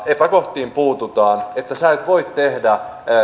epäkohtiin puututaan niin että sinä et voi tehdä